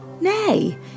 Nay